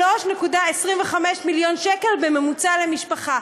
3.25 מיליון שקל בממוצע למשפחה.